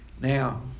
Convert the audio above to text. Now